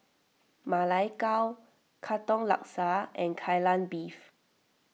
Ma Lai Gao Katong Laksa and Kai Lan Beef